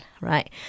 right